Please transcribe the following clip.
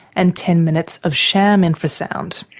and ten minutes of sham infrasound.